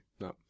No